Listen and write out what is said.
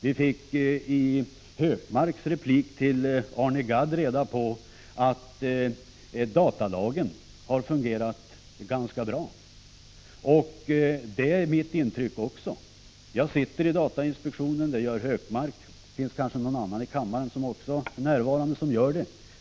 Vi fick i Gunnar Hökmarks replik till Arne Gadd reda på att datalagen har fungerat ganska bra. Det är mitt intryck också. Jag sitter i datainspektionen. Det gör Gunnar Hökmark också, och det finns kanske även någon mer närvarande i kammaren av dem som gör det.